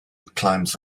climbs